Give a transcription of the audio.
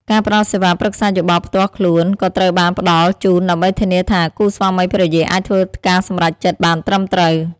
ការផ្តល់សេវាប្រឹក្សាយោបល់ផ្ទាល់ខ្លួនក៏ត្រូវបានផ្តល់ជូនដើម្បីធានាថាគូស្វាមីភរិយាអាចធ្វើការសម្រេចចិត្តបានត្រឹមត្រូវ។